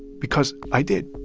because i did.